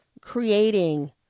creating